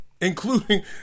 Including